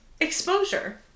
Exposure